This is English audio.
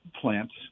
plants